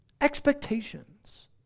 Expectations